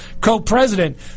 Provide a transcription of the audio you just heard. co-president